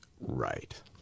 Right